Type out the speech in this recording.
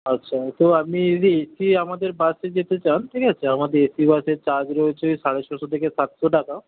আচ্ছা তো আপনি যদি এসি আমাদের বাসে যেতে চান ঠিক আছে আমাদের এসি বাসের চার্জ রয়েছে সাড়ে ছশো থেকে সাতশো টাকা